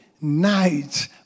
night